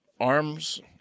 arms